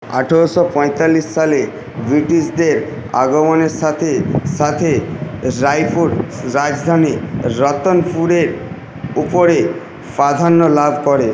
আঠারোশো পঁয়তাল্লিশ সালে ব্রিটিশদের আগমনের সাথে সাথে রায়পুর রাজধানী রতনপুরের ওপরে প্রাধান্য লাভ করে